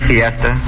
Fiesta